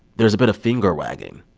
there's a bit of finger-wagging.